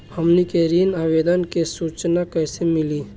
हमनी के ऋण आवेदन के सूचना कैसे मिली?